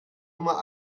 immer